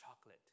chocolate